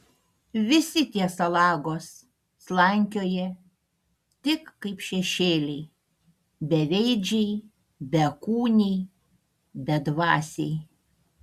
visi tie salagos slankioja tik kaip šešėliai beveidžiai bekūniai bedvasiai